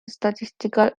statistical